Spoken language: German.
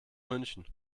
münchen